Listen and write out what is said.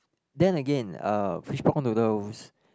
then again uh fishball noodles